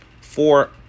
four